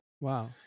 Wow